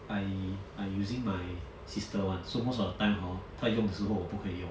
I I using my sister one so most of the time hor 她用的时候我不可以用的